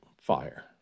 fire